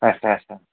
اَچھا اَچھا